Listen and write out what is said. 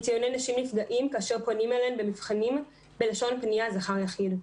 כי ציוני נשים נפגעים כאשר פונים אליהן במבחנים בלשון פנייה זכר יחיד.